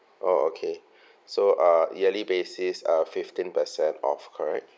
oh okay so uh yearly basis uh fifteen per cent off correct